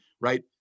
right